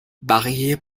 بقیه